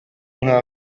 nka